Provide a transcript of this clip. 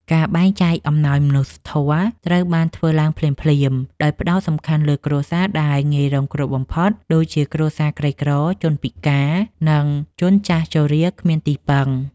ការបែងចែកអំណោយមនុស្សធម៌ត្រូវបានធ្វើឡើងភ្លាមៗ ដោយផ្ដោតសំខាន់លើគ្រួសារដែលងាយរងគ្រោះបំផុត ដូចជាគ្រួសារក្រីក្រ ជនពិការ និងជនចាស់ជរាគ្មានទីពឹង។